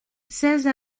seize